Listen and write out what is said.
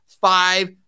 five